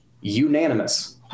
unanimous